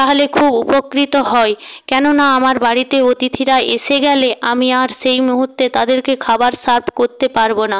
তাহলে খুব উপকৃত হই কেননা আমার বাড়িতে অতিথিরা এসে গেলে আমি আর সেই মুহূর্তে তাদেরকে খাবার সার্ভ করতে পারবো না